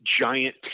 giant